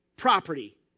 Property